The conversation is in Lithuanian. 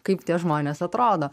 kaip tie žmonės atrodo